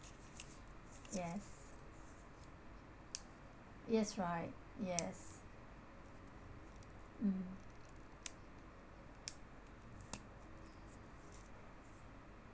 yes yes right yes mm